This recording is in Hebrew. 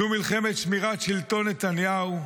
זו מלחמת שמירת שלטון נתניהו,